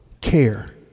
care